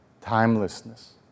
timelessness